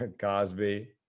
Cosby